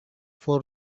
for